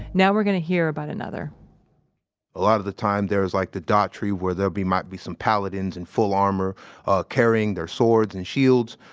now we're going to hear about another a lot of the time, there was like the daughtry, where there might be some paladins in full armor carrying their swords and shields,